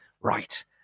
right